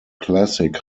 classic